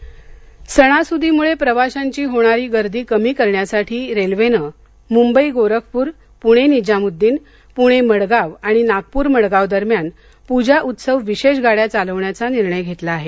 railway सणासुदीमुळे प्रवाशांची होणारी गर्दी कमी करण्यासाठी रेल्वेनं मुंबई गोरखपूर पुणे निजामुद्दीन पुणे मडगाव आणि नागपूर मडगाव दरम्यान पूजा उत्सव विशेष गाड्या चालवण्याचा निर्णय घेतला आहे